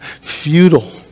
futile